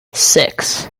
six